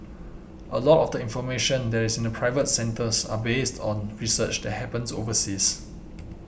a lot of the information that is in the private centres are based on research that happens overseas